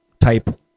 type